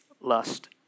lust